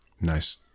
nice